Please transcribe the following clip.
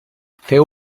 feu